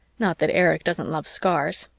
not that erich doesn't love scars.